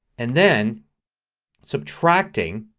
and then subtracting